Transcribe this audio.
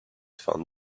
found